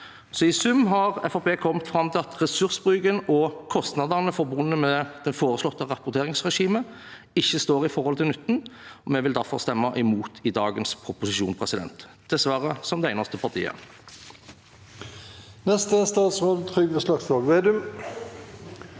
kommet fram til at ressursbruken og kostnadene forbundet med det foreslåtte rapporteringsregimet ikke står i forhold til nytten, og vi vil derfor stemme imot dagens proposisjon – dessverre som det eneste partiet.